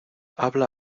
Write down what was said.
habla